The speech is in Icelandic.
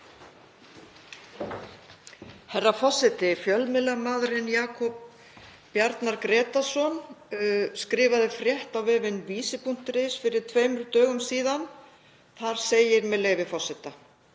Herra forseti. Fjölmiðlamaðurinn Jakob Bjarnar Grétarsson skrifaði frétt á vefinn vísir.is fyrir tveimur dögum síðan. Þar segir, með leyfi forseta: